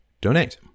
donate